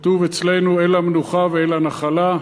כשכתוב אצלנו "אל המנוחה ואל הנחלה",